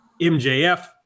MJF